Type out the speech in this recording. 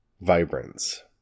vibrance